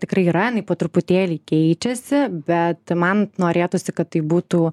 tikrai yra jinai po truputėlį keičiasi bet man norėtųsi kad tai būtų